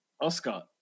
Oscar